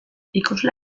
ikusle